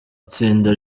itsinda